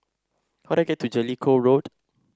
how do I get to Jellicoe Road